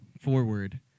forward